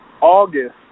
August